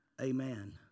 Amen